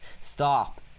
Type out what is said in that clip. Stop